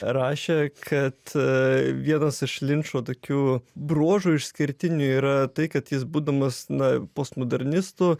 rašė kad vienas iš linčo tokių bruožų išskirtinių yra tai kad jis būdamas na postmodernistu